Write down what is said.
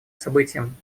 событием